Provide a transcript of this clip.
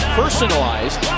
personalized